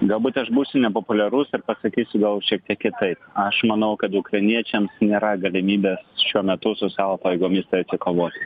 galbūt aš būsiu nepopuliarus ir pasakysiu gal šiek tiek kitaip aš manau kad ukrainiečiams nėra galimybės šiuo metu su savo pajėgomis kovoti